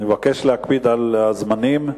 אני מבקש להקפיד על הזמנים.